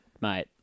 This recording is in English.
mate